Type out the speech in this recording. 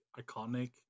iconic